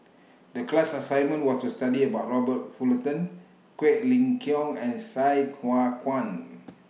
The class assignment was to study about Robert Fullerton Quek Ling Kiong and Sai Hua Kuan